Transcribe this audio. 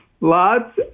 lots